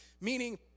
meaning